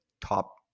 top